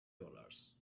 dollars